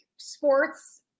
sports